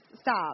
stop